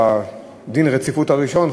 בדין הרציפות הראשון,